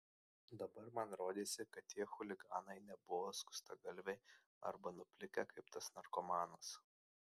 dabar man rodėsi kad tie chuliganai nebuvo skustagalviai arba nuplikę kaip tas narkomanas